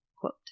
quote